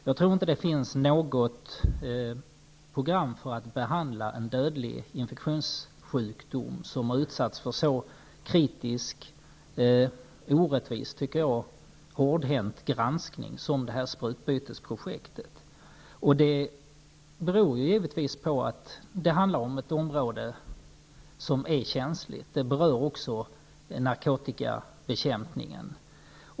Jag tror inte att det finns något program för att behandla en dödlig infektionssjukdom som har usatts för så kritisk, orättvis och hårdhänt granskning som sprutbytesprojektet. Det här handlar om ett område som är känsligt och berör narkotikabekämpningen.